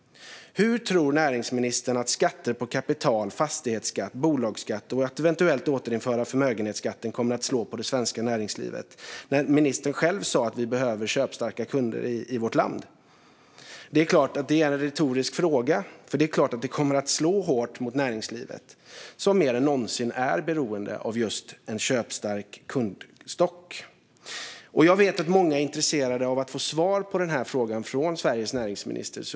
Hur tror näringsministern att skatter på kapital, fastighetsskatt, bolagsskatt och att eventuellt återinföra förmögenhetsskatten kommer att slå mot det svenska näringslivet? Ministern sa ju själv att vi behöver köpstarka kunder i vårt land. Det är en retorisk fråga, för det är klart att det kommer att slå hårt mot näringslivet, som mer än någonsin är beroende av just en köpstark kundstock. Jag vet att många är intresserade av att få svar från Sveriges näringsminister på den här frågan.